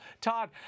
Todd